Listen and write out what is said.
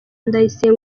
ndayisenga